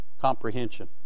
comprehension